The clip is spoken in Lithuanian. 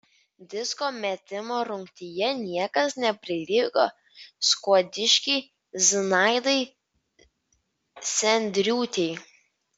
disko metimo rungtyje niekas neprilygo skuodiškei zinaidai sendriūtei